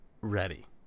ready